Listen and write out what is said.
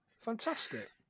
Fantastic